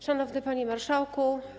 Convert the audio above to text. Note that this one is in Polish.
Szanowny Panie Marszałku!